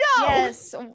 Yes